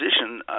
position